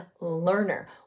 learner